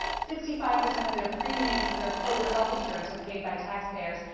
sixty five percent of their premiums for their cobra health insurance are paid by taxpayers.